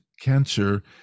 cancer